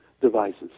devices